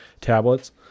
tablets